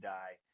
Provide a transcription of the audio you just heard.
die